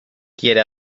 quiere